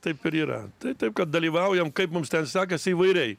taip ir yra tai taip kad dalyvaujam kaip mums ten sekasi įvairiai